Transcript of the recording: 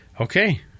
Okay